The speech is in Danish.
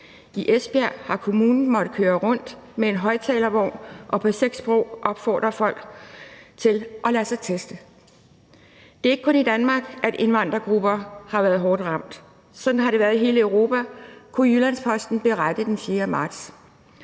I Esbjerg har kommunen måttet køre rundt med en højtalervogn og på seks sprog opfordret folk til at lade sig teste. Det er ikke kun i Danmark, at indvandrergrupper har været hårdt ramt. Sådan har det været i hele Europa, kunne Jyllands-Posten berette den 4. marts.